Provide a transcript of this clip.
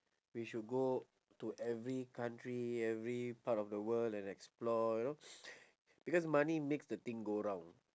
we should go to every country every part of the world and explore you know because money makes the thing go round